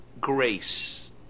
grace